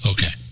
Okay